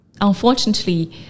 unfortunately